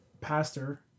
pastor